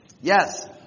Yes